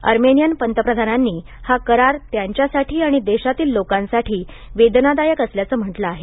Armenian पंतप्रधानांनी हा करार त्यांच्यासाठी आणि देशातील लोकांसाठी वेदनादायक असल्याचं म्हटलं आहे